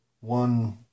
one